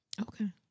okay